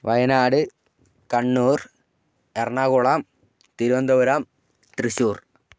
Wayanad Kannur Ernakulam Thiruvananthapuram Thrissur